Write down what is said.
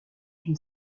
une